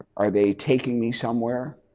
are they taking me somewhere?